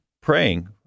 praying